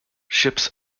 ships